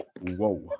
Whoa